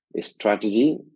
strategy